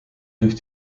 durch